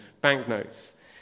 banknotes